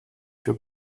für